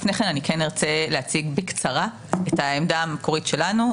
לפני כן אני כן ארצה להציג בקצרה את העמדה המקורית שלנו.